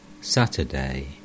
Saturday